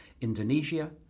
Indonesia